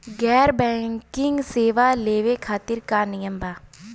गैर बैंकिंग सेवा लेवे खातिर का नियम बा?